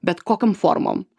bet kokiom formom